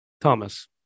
Thomas